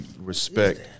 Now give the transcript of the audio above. respect